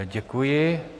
Děkuji.